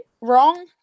wrong